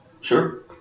Sure